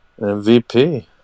mvp